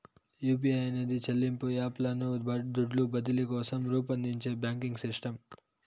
UPI అనేది చెల్లింపు app లను దుడ్లు బదిలీ కోసరం రూపొందించే బాంకింగ్ సిస్టమ్